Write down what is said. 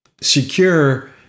secure